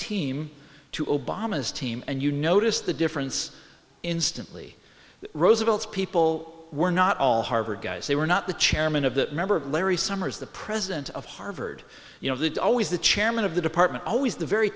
team to obama's team and you notice the difference instantly roosevelt's people were not all harvard guys they were not the chairman of the member of larry summers the president of harvard you know the always the chairman of the department always the very